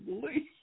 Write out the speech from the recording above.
believe